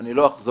ואני לא אחזור,